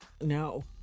No